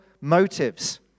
motives